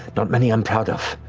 not many i'm proud of,